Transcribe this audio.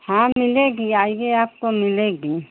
हाँ मिलेगी आइए आपको मिलेगी